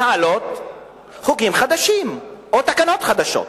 להעלות חוקים חדשים או תקנות חדשות.